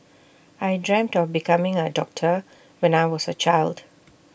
I dreamt of becoming A doctor when I was A child